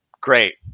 great